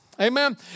Amen